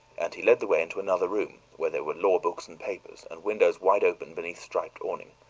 and he led the way into another room, where there were law books and papers, and windows wide open beneath striped awning.